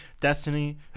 Destiny